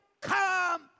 come